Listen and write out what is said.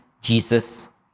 Jesus